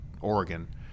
Oregon